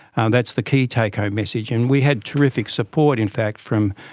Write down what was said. and that's the key take-home message, and we had terrific support in fact from